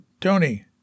Tony